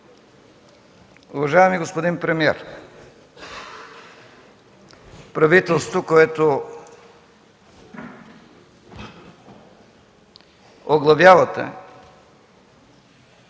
Уважаеми господин премиер, правителството, което оглавявате,